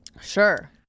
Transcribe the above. Sure